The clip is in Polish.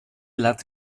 lat